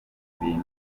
ibintu